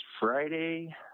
Friday